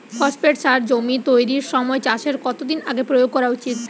Phosphate সার জমি তৈরির সময় চাষের কত দিন আগে প্রয়োগ করা উচিৎ?